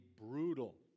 brutal